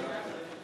וצריך להחזיר,